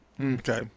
Okay